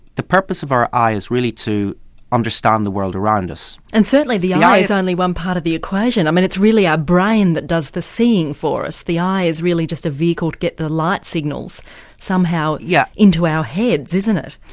the purpose of our eye is really to understand the world around us. and certainly the eye is only one part of the equation, i mean it's really our brain that does the seeing for us. the eye is really just a vehicle to get the light signals somehow yeah into our heads, isn't it?